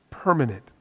Permanent